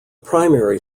primary